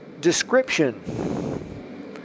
description